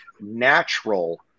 natural